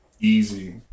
easy